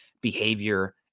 behavior